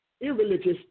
irreligious